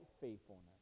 faithfulness